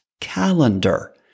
calendar